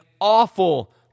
awful